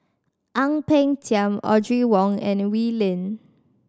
Ang Peng Tiam Audrey Wong and Wee Lin